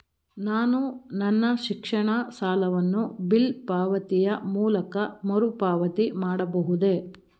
ನಾನು ನನ್ನ ಶಿಕ್ಷಣ ಸಾಲವನ್ನು ಬಿಲ್ ಪಾವತಿಯ ಮೂಲಕ ಮರುಪಾವತಿ ಮಾಡಬಹುದೇ?